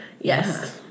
Yes